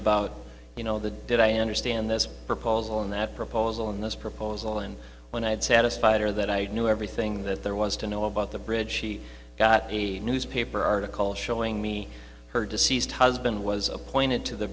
about you know the did i understand this proposal and that proposal and this proposal and when i had satisfied her that i knew everything that there was to know about the bridge she got a newspaper article showing me her deceased husband was appointed to the